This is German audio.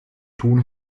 tun